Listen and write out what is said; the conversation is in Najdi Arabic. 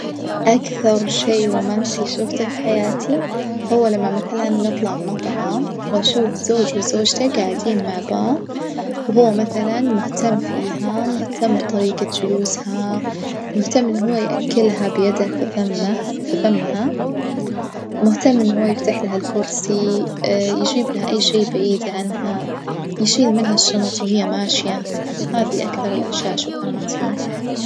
أكثر شي رومانسي شفته في حياتي هو لما مثلًا نطلع مطعم وأشوف زوج وزوجته جاعدين مع بعظ وهو مثلًا مهتم فيها مهتم بطريجة جلوسها، مهتم إن هو يأكلها بيده في فمه في فمها مهتم إن هو يفتحلها الكرسي يجيب لها أي شي بعيد عنها، يشيل منها الشنط وهي ماشية، هذي أكثر الأشياء أشوفها رومانسية.